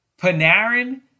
Panarin